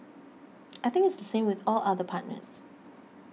I think it's the same with all other partners